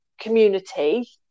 community